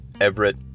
Everett